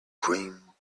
queen